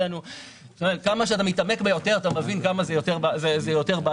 כמה שמתעמקים בה יותר מבינים כמה היא בעייתית,